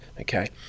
okay